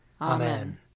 Amen